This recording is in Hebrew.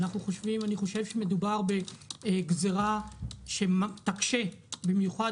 אני חושב שמדובר בגזירה שתקשה במיוחד